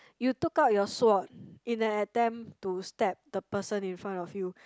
you took out your sword in an attempt to stab the person in front of you